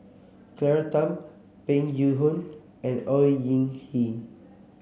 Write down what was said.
Claire Tham Peng Yuyun and Au Hing Yee